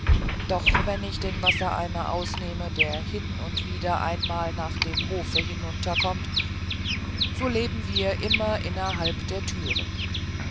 doch wenn ich den wassereimer ausnehme der hin und wieder einmal nach dem hof hinunter kommt so leben wir immer innerhalb der thüren